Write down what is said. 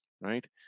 right